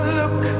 look